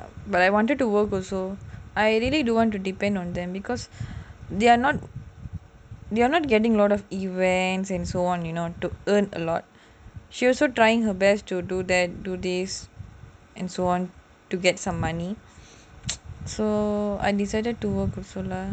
but I wanted to work also I really don't want to depend on them because they are not they are not getting lot of events and so on you know to earn a lot she also trying her best to do that do this and so on to get some money so I decided to work also lah